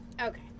Okay